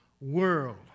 world